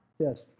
Yes